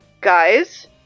Guys